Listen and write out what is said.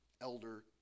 elder